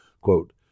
Quote